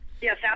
Yes